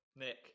Nick